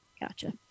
Gotcha